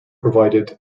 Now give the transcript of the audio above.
provided